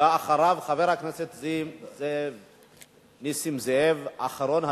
ואחריו, חבר הכנסת נסים זאב, אחרון הדוברים.